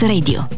Radio